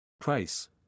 Price